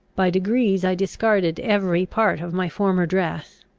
by degrees i discarded every part of my former dress,